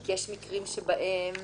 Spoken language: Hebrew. כי יש מקרים שבהם